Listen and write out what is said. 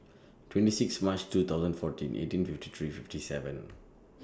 twenty six March two thousand fourteen eighteen fifty three fifty seven